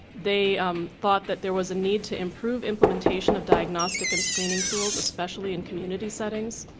they um thought that there was a need to improve implementation of diagnostic and screening tools, especially in community settings.